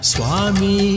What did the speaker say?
Swami